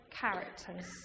characters